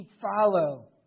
follow